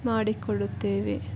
ಮಾಡಿಕೊಡುತ್ತೇವೆ